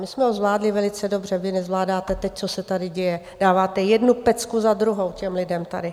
My jsme ho zvládli velice dobře, vy nezvládáte to, co se tady děje, dáváte jednu pecku za druhou těm lidem tady.